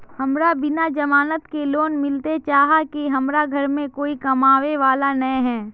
हमरा बिना जमानत के लोन मिलते चाँह की हमरा घर में कोई कमाबये वाला नय है?